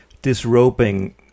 disrobing